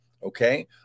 Okay